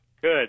Good